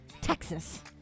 Texas